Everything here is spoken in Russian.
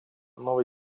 новой